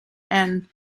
and